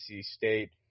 State